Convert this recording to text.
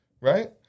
right